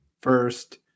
first